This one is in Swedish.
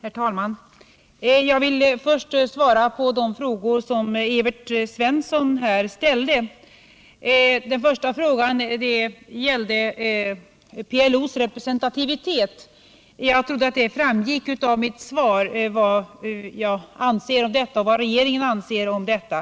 Herr talman! Jag vill först svara på de frågor som Evert Svensson har ställt. Den första frågan gällde PLO:s representativitet. Jag trodde att det — Nr 47 framgick av mitt svar vad jag anser och vad regeringen anser om detta.